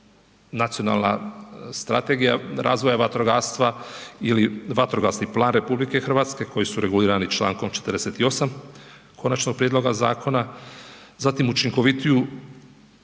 nacionalna strategija razvoja vatrogastva ili vatrogasni plan RH koji su regulirani čl. 48. Konačnog prijedloga zakona, zatim učinkovitiju